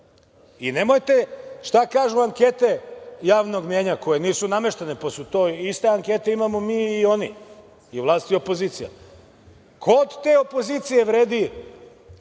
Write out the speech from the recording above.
I nemojte šta kažu ankete javnog mnjenja, koje nisu nameštene, iste ankete imamo mi i oni, i vlast i opozicija. Ko od te opozicije vredi